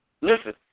Listen